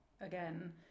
again